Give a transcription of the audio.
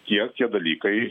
tie tie dalykai